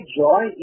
joy